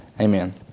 Amen